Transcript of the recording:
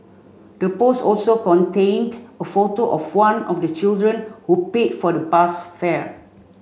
the post also contained a photo of one of the children who paid for the bus fare